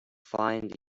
find